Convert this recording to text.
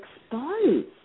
exposed